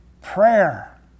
prayer